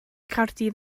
caerdydd